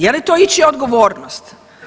Je li to ičija odgovornost?